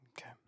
Okay